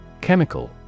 Chemical